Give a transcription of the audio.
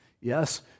Yes